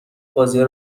بازیا